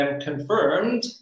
confirmed